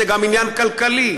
זה גם עניין כלכלי,